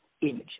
image